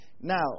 Now